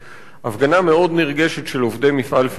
הפגנה מאוד נרגשת של עובדי מפעל "פניציה",